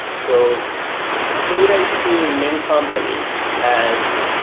and so data is seen in many companies as,